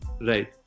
Right